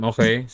Okay